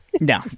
No